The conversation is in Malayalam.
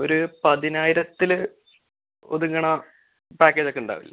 ഒര് പതിനായിരത്തില് ഒതുങ്ങുന്ന പാക്കേജ് ഒക്കെ ഉണ്ടാവുകയില്ലേ